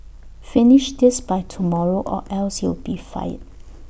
finish this by tomorrow or else you'll be fired